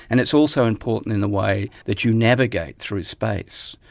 and it's also important in the way that you navigate through space.